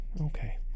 okay